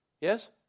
yes